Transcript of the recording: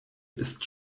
ist